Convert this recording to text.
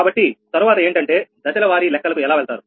కావున తరువాత ఏంటంటే దశలవారీ లెక్కలకు ఎలా వెళ్తారు